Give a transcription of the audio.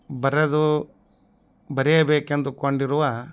ಬರೆದು ಬರೆಯಬೇಕೆಂದುಕೊಂಡಿರುವ